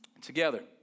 together